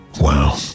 Wow